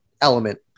element